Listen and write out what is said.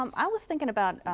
um i was thinking about,